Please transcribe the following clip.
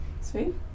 Sweet